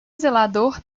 zelador